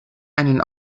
einen